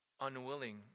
unwilling